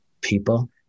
people